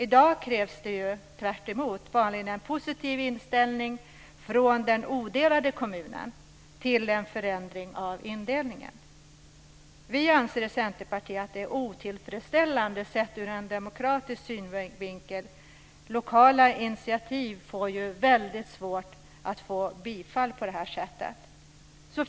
I dag är det tvärtom; det krävs vanligen en positiv inställning från den odelade kommunen till en förändring av indelningen. Vi i Centerpartiet anser att det är otillfredsställande sett ur en demokratisk synvinkel. Det är ju på det här sättet väldigt svårt att få bifall till lokala initiativ.